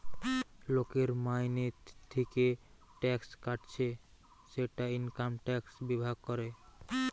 লোকের মাইনে থিকে ট্যাক্স কাটছে সেটা ইনকাম ট্যাক্স বিভাগ করে